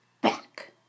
Back